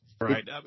right